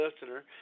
listener